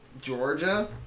Georgia